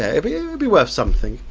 ah but yeah be worth something.